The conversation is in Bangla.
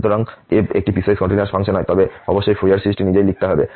সুতরাং যদি f একটি পিসওয়াইস কন্টিনিউয়াস ফাংশন হয় তবে অবশ্যই ফুরিয়ার সিরিজটি নিজেই লিখতে হবে